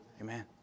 Amen